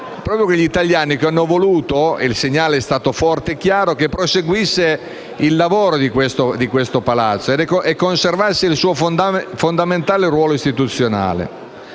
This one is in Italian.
proprio gli italiani hanno voluto - e il segnale è stato forte e chiaro - che proseguisse il suo lavoro e conservasse il suo fondamentale ruolo istituzionale.